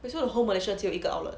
so the whole malaysia 只有一个 outlet